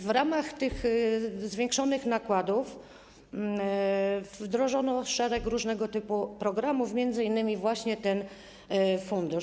W ramach tych zwiększonych nakładów wdrożono szereg różnego typu programów, m.in. właśnie ten fundusz.